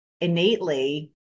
innately